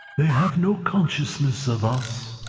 they have no consciousness of us.